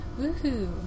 Woohoo